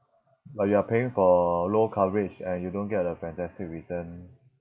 but you are paying for low coverage and you don't get a fantastic return